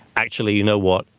actually, you know what?